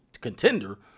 contender